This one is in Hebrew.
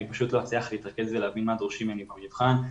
פשוט לא מצליח להתרכז ולהבין מה דורשים ממני במבחן,